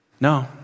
No